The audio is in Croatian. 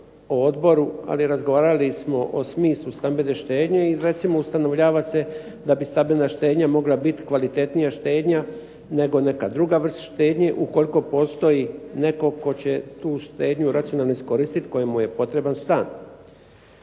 ali razgovarali smo o smislu stambene štednje i recimo ustanovljava se da bi stambena štednja mogla biti kvalitetnija štednja nego neka druga vrst štednje ukoliko postoji netko tko će tu štednju racionalno iskoristiti, kojemu je potreban stan.